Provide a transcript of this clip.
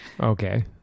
Okay